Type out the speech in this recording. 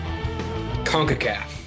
CONCACAF